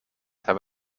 have